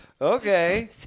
Okay